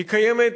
היא קיימת